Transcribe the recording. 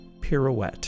pirouette